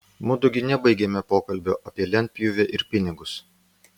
mudu gi nebaigėme pokalbio apie lentpjūvę ir pinigus